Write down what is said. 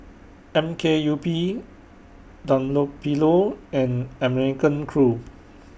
M K U P Dunlopillo and American Crew